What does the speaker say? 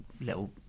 little